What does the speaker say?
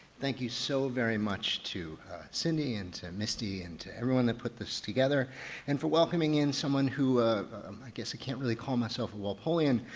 thank you so very much to cindy and to misty and to everyone that put this together and for welcoming in someone who um i guess i can't really call myself a walpolian.